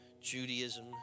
Judaism